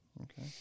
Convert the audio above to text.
Okay